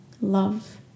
love